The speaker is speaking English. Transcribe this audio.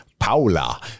Paula